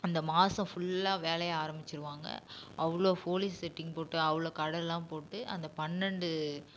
அந்த மாதம் ஃபுல்லாக வேலையை ஆரமிச்சிருவாங்க அவ்வளோ ஃபோலீஸ் செட்டிங் போட்டு அவ்வளோ கடல்லாம் போட்டு அந்த பன்னெண்டு